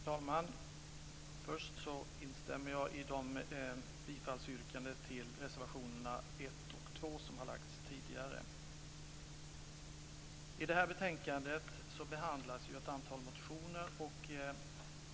Fru talman! Först instämmer jag i de bifallsyrkanden till reservationerna 1 och 2 som har lagts fram tidigare. I det här betänkandet behandlas ett antal motioner.